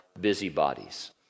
busybodies